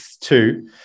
two